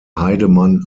heidemann